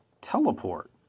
teleport